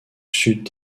sud